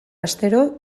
astero